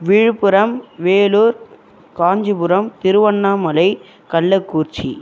Villupuram Vellore Kanchipuram Tiruvannamalai Kallakurichi